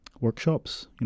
workshops